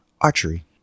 archery